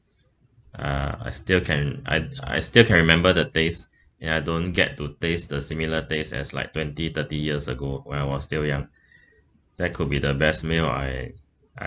uh I still can I I still can remember the tastes when I don't get to taste the similar tastes as like twenty thirty years ago when I was still young that could be the best meal I